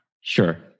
Sure